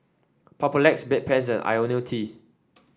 Papulex Bedpans and IoniL T